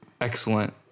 Excellent